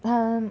他